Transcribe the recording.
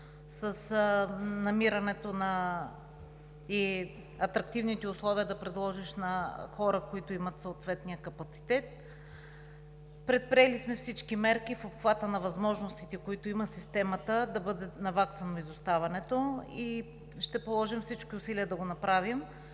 намирането на атрактивните условия да предложиш на хора, които имат съответния капацитет. Предприели сме всички мерки в обхвата на възможностите, които има системата, за да бъде наваксано изоставането, и ще положим всички усилия да го направим.